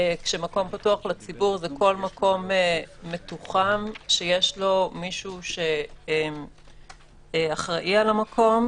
ומקום שפתוח לציבור הוא כל מקום מתוחם שיש מישהו שאחראי על המקום,